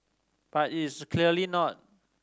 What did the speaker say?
but is clearly not